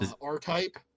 R-Type